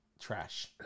trash